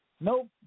nope